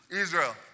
Israel